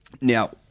now